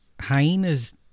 hyenas